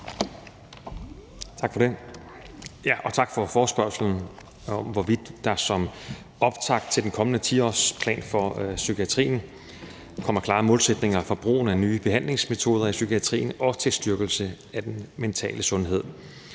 Tak for det, og tak for forespørgslen om, hvorvidt der som optakt til den kommende 10-årsplan for psykiatrien kommer klare målsætninger for brugen af nye behandlingsmetoder i psykiatrien og til styrkelse af den mentale sundhed.